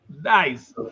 Nice